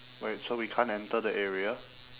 right so we can't enter the area